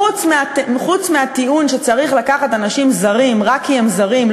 חוץ מהטיעון שצריך לקחת אנשים זרים רק כי הם זרים,